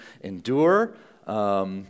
endure